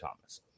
thomas